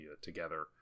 together